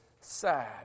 sad